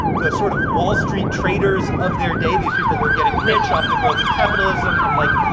the sort of wall street traders of their day, these people who are getting rich off the growth of capitalism? and, like,